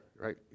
right